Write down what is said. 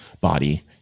body